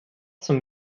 zum